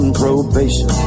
probation